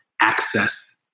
access